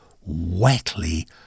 wetly